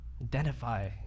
Identify